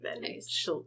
Nice